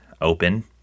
open